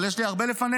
אבל יש לי הרבה לפניך.